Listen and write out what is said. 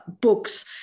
books